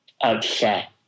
upset